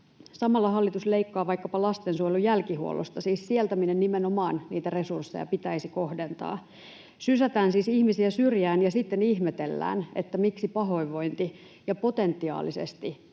Samalla hallitus leikkaa vaikkapa lastensuojelun jälkihuollosta, siis sieltä, minne nimenomaan niitä resursseja pitäisi kohdentaa. Sysätään siis ihmisiä syrjään ja sitten ihmetellään, miksi pahoinvointi ja potentiaalisesti